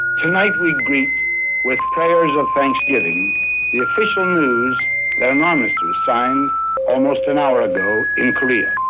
tonight we greet with prayers of thanksgiving the official news that an armistice was signed almost an hour ago in korea.